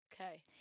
Okay